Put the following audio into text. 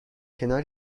کنار